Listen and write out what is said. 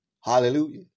Hallelujah